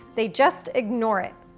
they just ignore it.